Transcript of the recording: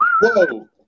Whoa